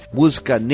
música